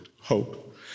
hope